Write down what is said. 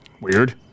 Weird